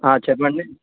చెప్పండి